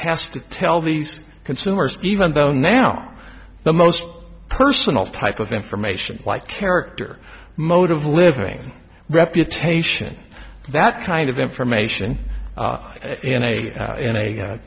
has to tell these consumers even though now the most personal type of information like character mode of living reputation that kind of information in a in